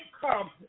come